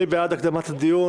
מי בעד הקדמת הדיון?